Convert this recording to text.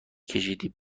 کشیدی